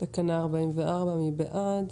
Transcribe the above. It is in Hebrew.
תקנה 44, מי בעד?